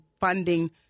funding